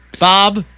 Bob